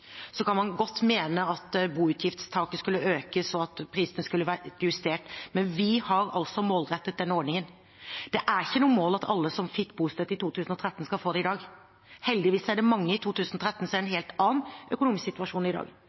Så kan man godt mene at boutgiftstaket skulle økes, og at prisene skulle vært justert, men vi har målrettet denne ordningen. Det er ikke noe mål at alle som fikk bostøtte i 2013, skal få det i dag. Heldigvis er det mange fra 2013 som er i en helt annen økonomisk situasjon i dag.